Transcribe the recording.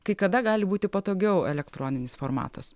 kai kada gali būti patogiau elektroninis formatas